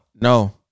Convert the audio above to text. No